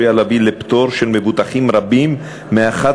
עלולה להביא לפטור של מבוטחים רבים מאחת